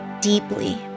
deeply